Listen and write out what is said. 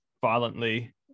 violently